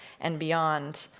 and beyond,